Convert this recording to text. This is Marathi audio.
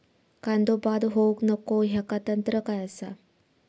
कांदो बाद होऊक नको ह्याका तंत्र काय असा?